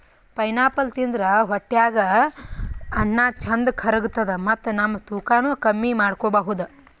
pineapple ತಿಂದ್ರ್ ಹೊಟ್ಟ್ಯಾಗ್ ಅನ್ನಾ ಚಂದ್ ಕರ್ಗತದ್ ಮತ್ತ್ ನಮ್ ತೂಕಾನೂ ಕಮ್ಮಿ ಮಾಡ್ಕೊಬಹುದ್